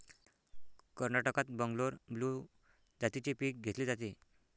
कर्नाटकात बंगलोर ब्लू जातीचे पीक घेतले जाते